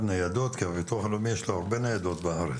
לביטוח הלאומי יש הרבה ניידות בארץ.